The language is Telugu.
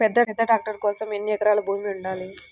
పెద్ద ట్రాక్టర్ కోసం ఎన్ని ఎకరాల భూమి ఉండాలి?